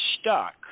stuck